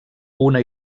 una